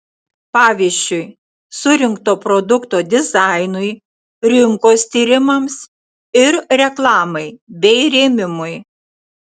pavyzdžiui surinkto produkto dizainui rinkos tyrimams ir reklamai bei rėmimui